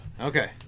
Okay